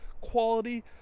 quality